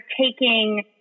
taking